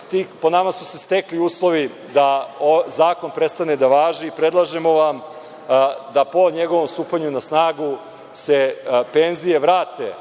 nama su se stekli uslovi da zakon prestane da važi. Predlažemo vam da po njegovom stupanju na snagu se penzije vrate